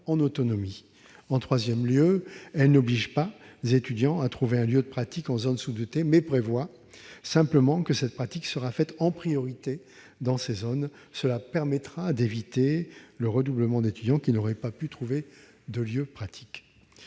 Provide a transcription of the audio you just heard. En troisième lieu, elle n'oblige pas les étudiants à trouver un lieu de pratique en zone sous-dotée, mais prévoit simplement que cette pratique sera faite en priorité dans ces zones, ce qui permettra d'éviter le redoublement d'étudiants qui n'auraient pas pu trouver de lieu de pratique.